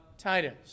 Titus